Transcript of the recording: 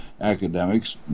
academics